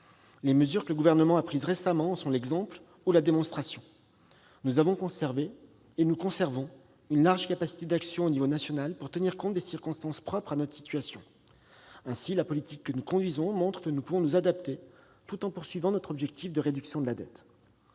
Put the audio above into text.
Les mesures que le Gouvernement a prises récemment en sont l'exemple ou la démonstration. Nous conservons une large capacité d'action au niveau national pour tenir compte des circonstances propres à notre situation. Ainsi, la politique que nous conduisons montre que nous pouvons nous adapter, tout en visant notre objectif de réduction de la dette.